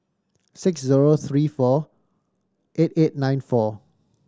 six zero three four eight eight nine four